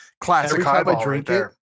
classic